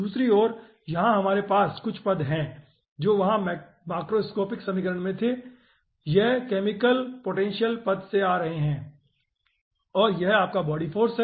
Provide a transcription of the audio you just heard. दूसरी और यहाँ हमारे पास कुछ पद हैं जो वहां माक्रोस्कोपिक समीकरणों में थे यह केमिकल पोटेंशियल पद से आ रहे है और यह आपका बॉडी फाॅर्स है